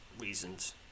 reasons